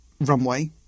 runway